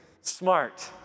smart